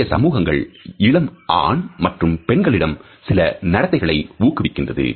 நிறைய சமூகங்கள் இளம் ஆண் மற்றும் பெண்களிடம் சில நடத்தைகளை ஊக்குவிக்கின்றது